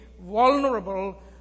vulnerable